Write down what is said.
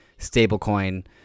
stablecoin